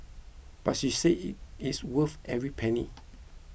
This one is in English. but she said it's worth every penny